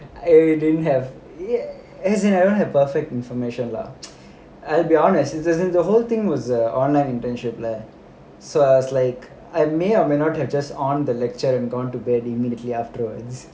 I didn't have as in I haven't had perfect information lah I will be honest the whole thing was err online internship lah so I like I may or may not have just on the lecture and gone to bed immediately afterwards